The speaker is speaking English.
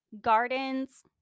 gardens